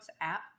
app